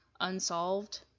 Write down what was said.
unsolved